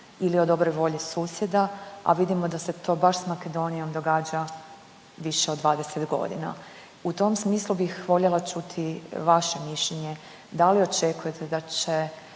ili o dobroj volji susjeda, a vidimo da se to baš s Makedonijom događa više od 20 godina. U tom smislu bih voljela čuti vaše mišljenje da li očekujete da će